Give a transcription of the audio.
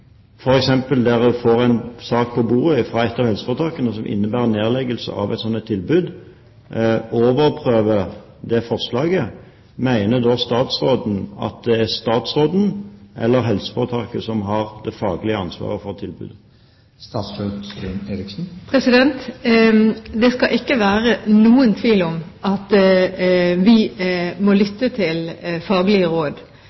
får en sak på bordet fra et av helseforetakene som innebærer nedleggelse av et slikt tilbud, overprøver det forslaget, mener statsråden at det er statsråden eller helseforetaket som har det faglige ansvaret for tilbudet? Det skal ikke være noen tvil om at vi må lytte til faglige råd.